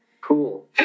Cool